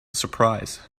surprise